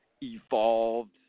evolved